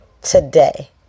today